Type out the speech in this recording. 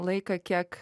laiką kiek